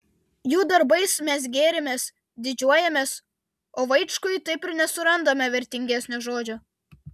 jų darbais mes gėrimės didžiuojamės o vaičkui taip ir nesurandame vertingesnio žodžio